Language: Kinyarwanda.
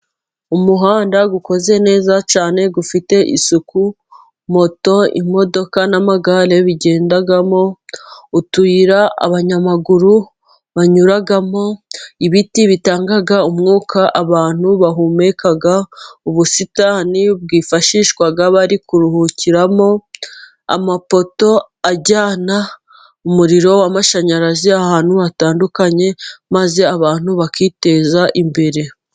Umuhanda uko neza cyane ufite isuku, moto, imodoka, n'amagare bigendamo utuyira abanyamaguru banyuramo, ibiti bitanga umwuka abantu bahumeka. ubusitani bwifashishwa bari kuruhukiramo, amapoto ajyana umuriro w'amashanyarazi ahantu hatandukanye, maze abantu bakiteza imbere.